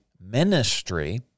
ministry